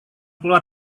keluar